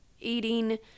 eating